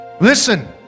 Listen